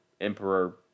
Emperor